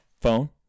Phone